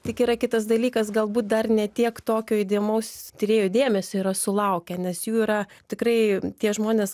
tik yra kitas dalykas galbūt dar ne tiek tokio įdėmaus tyrėjų dėmesio yra sulaukę nes jų yra tikrai tie žmonės